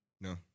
No